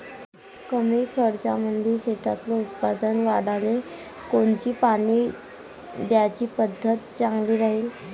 कमी खर्चामंदी शेतातलं उत्पादन वाढाले कोनची पानी द्याची पद्धत चांगली राहीन?